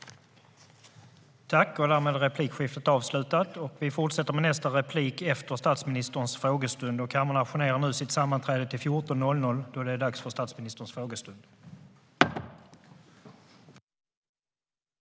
§ 8)